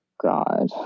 god